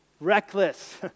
reckless